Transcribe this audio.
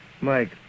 Mike